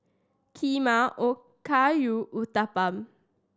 Kheema Okayu Uthapam